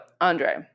andre